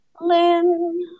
Lynn